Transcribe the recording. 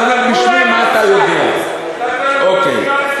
לא, "אין כל אדם